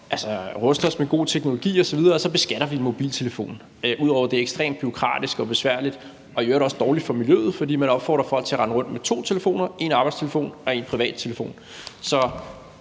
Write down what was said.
og ruste os med god teknologi osv. – at vi beskatter mobiltelefonen. Ud over at det er ekstremt bureaukratisk og besværligt, er det i øvrigt også dårligt for miljøet, fordi man opfordrer folk til at rende rundt med to telefoner – en arbejdstelefon og en privat telefon. Så